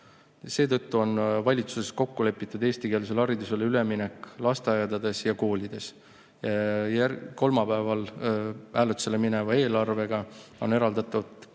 Seetõttu on valitsuses kokku lepitud eestikeelsele haridusele üleminek lasteaedades ja koolides. Kolmapäeval hääletusele mineva eelarvega on eraldatud